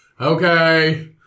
Okay